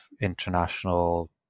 international